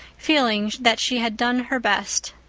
feeling that she had done her best.